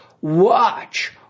Watch